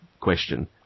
question